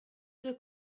due